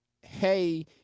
Hey